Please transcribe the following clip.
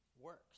works